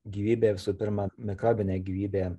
gyvybę visų pirma mikrobinę gyvybę